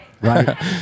Right